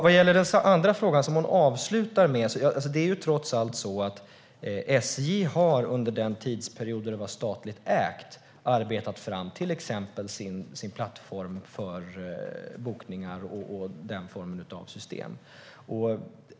Vad gäller den andra frågan, som statsrådet avslutade med, är det trots allt så att SJ under den period som det var statligt ägt arbetade fram till exempel sin plattform för bokningar och den formen av system.